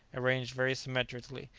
arranged very symmetrically,